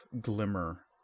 ...glimmer